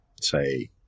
say